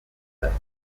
facts